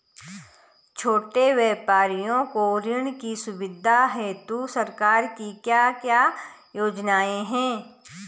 छोटे व्यापारियों को ऋण की सुविधा हेतु सरकार की क्या क्या योजनाएँ हैं?